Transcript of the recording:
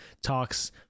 talks